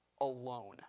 alone